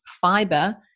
fiber